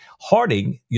Harding